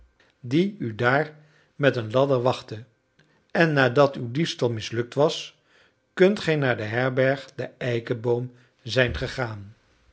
die u daar met een ladder wachtte en nadat uw diefstal mislukt was kunt gij naar de herberg de eikenboom zijn gegaan